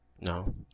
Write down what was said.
No